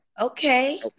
okay